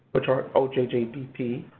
which are ojjdp,